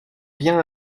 viens